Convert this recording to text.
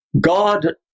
God